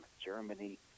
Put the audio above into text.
Germany